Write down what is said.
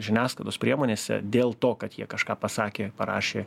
žiniasklaidos priemonėse dėl to kad jie kažką pasakė parašė